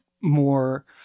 more